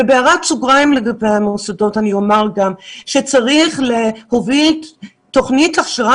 ובהערת סוגריים לגבי המוסדות אני אומר גם שצריך להוביל תוכנית הכשרה